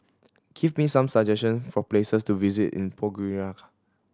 give me some suggestion for places to visit in Podgorica